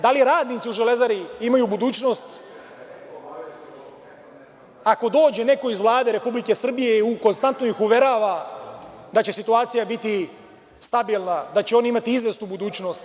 Da li radnici u „Železari“ imaju budućnost ako dođe neko iz Vlade Republike Srbije i konstantno ih uverava da će situacija biti stabilna, da će oni imati izvesnu budućnost.